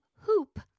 hoop